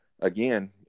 again